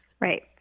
Right